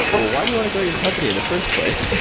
but why do you want to grow your company in the first place?